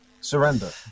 Surrender